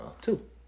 Two